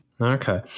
Okay